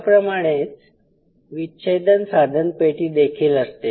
याप्रमाणेच विच्छेदन साधनपेटी देखील असते